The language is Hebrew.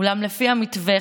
אולם לפי המתווה,